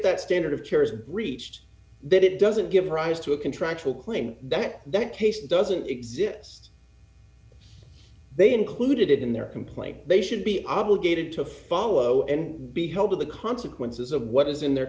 that standard of care is breached that it doesn't give rise to a contractual claim that that case doesn't exist they included it in their complaint they should be obligated to follow and be held to the consequences of what is in their